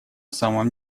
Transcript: самом